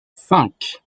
cinq